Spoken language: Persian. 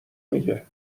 میگه